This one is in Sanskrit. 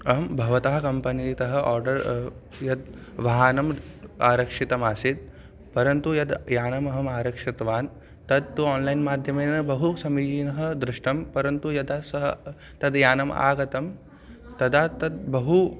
अहं भवतः कम्पनीतः आर्डर् यत् वाहनं आरक्षितमासीत् परन्तु यद् यानम् अहम् आरक्षितवान् तत्तु आन्लैन् माध्यमेन बहु समीचीनः दृष्टं परन्तु यदा सः तद् यानम् आगतं तदा तद् बहु